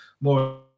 more